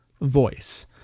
voice